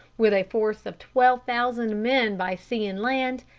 with a force of twelve thousand men by sea and land,